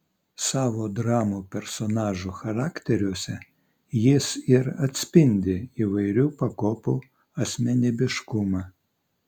savo dramų personažų charakteriuose jis ir atspindi įvairių pakopų asmenybiškumą